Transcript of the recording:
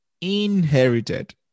inherited